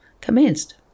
commenced